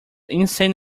insane